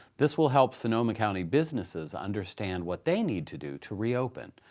this will help sonoma county businesses understand what they need to do to reopen.